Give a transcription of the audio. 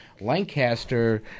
Lancaster